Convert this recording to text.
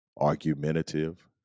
argumentative